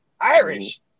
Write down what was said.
Irish